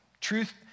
Truth